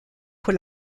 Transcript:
pour